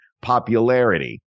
popularity